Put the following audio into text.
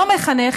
לא מחנך,